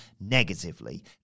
negatively